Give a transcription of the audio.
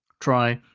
try,